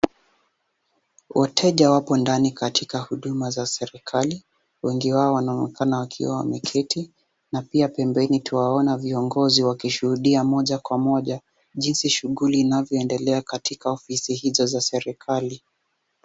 Wateja wapo ndani katika huduma za serikali. Wengi wao wanaonekana wakiwa wameketi na pembeni twawaona viongozi wakishuhudia moja kwa moja jinsi shughuli inavyoendelea katika ofisi hizo za serikali.